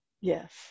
Yes